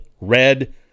red